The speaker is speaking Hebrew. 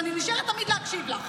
אז אני נשארת תמיד להקשיב לך.